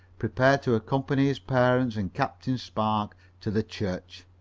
prepared to accompany his parents and captain spark to the church.